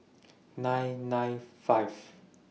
nine nine five